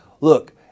look